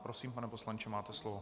Prosím, pane poslanče, máte slovo.